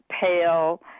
pale